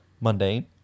mundane